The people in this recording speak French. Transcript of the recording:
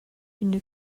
une